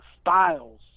styles